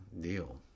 deal